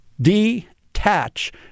detach